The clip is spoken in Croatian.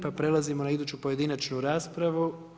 Prelazimo na iduću pojedinačnu raspravu.